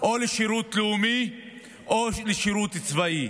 או לשירות לאומי או לשירות צבאי.